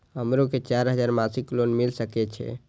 हमरो के चार हजार मासिक लोन मिल सके छे?